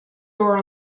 door